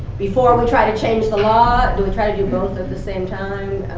before we try to change the law? do we try to do both at the same time?